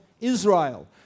Israel